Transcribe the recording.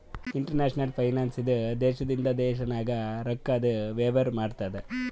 international finance ಇದು ದೇಶದಿಂದ ದೇಶ ನಾಗ್ ರೊಕ್ಕಾದು ವೇವಾರ ಮಾಡ್ತುದ್